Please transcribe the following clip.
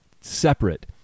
separate